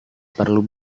perlu